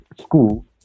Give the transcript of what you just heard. School